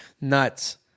nuts